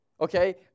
Okay